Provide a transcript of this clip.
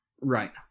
right